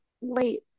wait